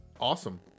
awesome